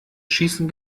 schießen